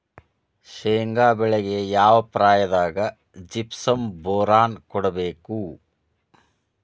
ಶೇಂಗಾ ಬೆಳೆಗೆ ಯಾವ ಪ್ರಾಯದಾಗ ಜಿಪ್ಸಂ ಬೋರಾನ್ ಕೊಡಬೇಕು?